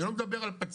אני לא מדבר על פצוע,